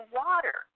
water